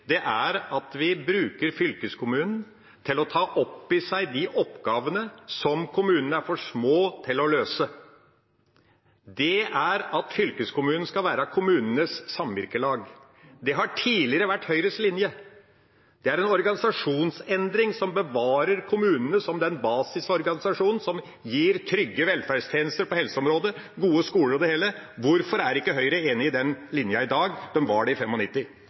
er at vi bruker fylkeskommunen til å ta opp i seg de oppgavene som kommunene er for små til å løse. Fylkeskommunen skal være kommunenes samvirkelag. Det har tidligere vært Høyres linje. Det er en organisasjonsendring som bevarer kommunene som basisorganisasjon, som gir trygge velferdstjenester på helseområdet, gode skoler og det hele. Hvorfor er ikke Høyre enig i den linja i dag? De var det i